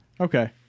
Okay